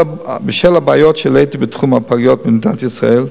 בשל הבעיות שהעליתי בתחום הפגיות במדינת ישראל,